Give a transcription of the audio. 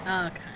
okay